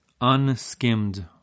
unskimmed